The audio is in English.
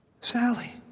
Sally